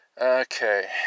Okay